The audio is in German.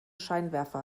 scheinwerfer